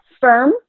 firm